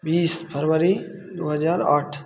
बीस फरवरी दो हज़ार आठ